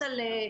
אחת.